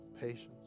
patience